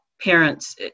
parents